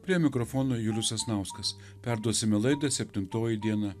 prie mikrofono julius sasnauskas perduosime laidą septintoji diena